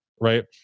Right